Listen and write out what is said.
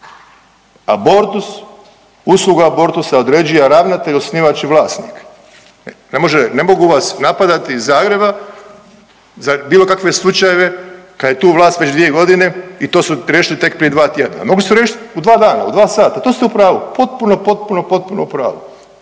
Abortus, usluga abortusa određuje ravnatelj, osnivač i vlasnik. Ne može, ne mogu vas napadati iz Zagreba za bilo kakve slučajeve kad je tu vlast već dvije godine i to su riješili tek prije dva tjedna, mogli ste riješit u dva dana, u dva sata, to ste u pravu, potpuno, potpuno, potpuno u pravu